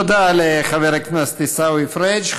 תודה לחבר הכנסת עיסאווי פריג'.